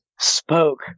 spoke